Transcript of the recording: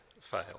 fail